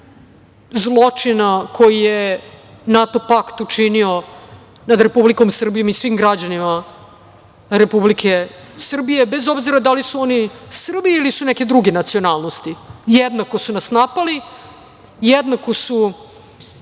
zločina koji je NATO pakt učinio nad Republikom Srbijom i svim građanima Republike Srbije, bez obzira da li su oni Srbi ili su neke druge nacionalnosti. Jednako su nas napali. Jednako su